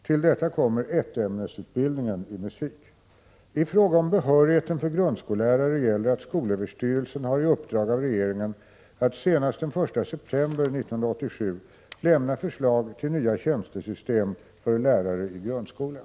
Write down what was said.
Till detta kommer ettämnesutbildningen i musik. I fråga om behörigheten för grundskollärare gäller att skolöverstyrelsen har i uppdrag av regeringen att senast den 1 september 1987 lämna förslag till nya tjänstesystem för lärare i grundskolan.